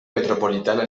metropolitana